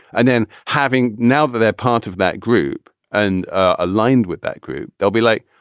and then having now that they're part of that group and aligned with that group, they'll be like,